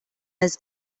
his